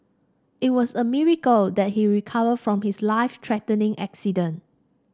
it was a miracle that he recovered from his life threatening accident